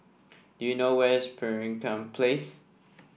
do you know where is Pemimpin Place